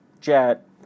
jet